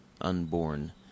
unborn